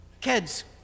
kids